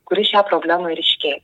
kuri šią problemą ir iškėlė